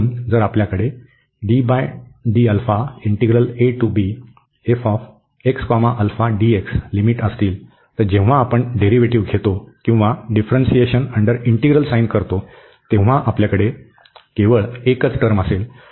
म्हणून जर आपल्याकडे लिमिट असतील तर जेव्हा आपण डेरीव्हेटिव घेतो किंवा डिफ्रन्सिएशन अंडर इंटीग्रल साइन करतो तेव्हा आपल्याकडे केवळ एकच टर्म असेल